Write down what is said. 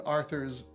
Arthur's